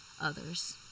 others